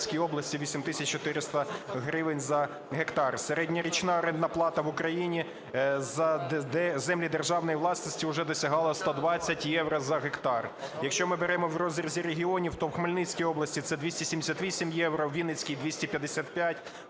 Кіровоградській області – 8 тисяч 400 гривень за гектар. Середньорічна орендна плата в Україні за землі державної власності вже досягала 120 євро за гектар. Якщо ми беремо в розрізі регіонів, то в Хмельницькій області – це 278 євро, у Вінницькій – 255, в